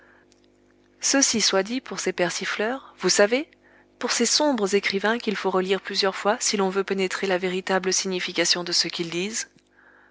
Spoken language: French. ceci soit dit pour ces persifleurs vous savez pour ces sombres écrivains qu'il faut relire plusieurs fois si l'on veut pénétrer la véritable signification de ce qu'ils disent